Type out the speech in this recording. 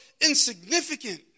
insignificant